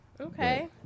Okay